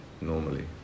normally